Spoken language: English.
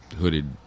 hooded